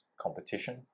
competition